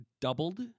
doubled